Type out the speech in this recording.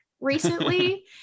recently